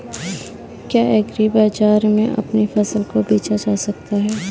क्या एग्रीबाजार में अपनी फसल को बेचा जा सकता है?